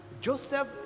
Joseph